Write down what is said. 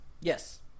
yes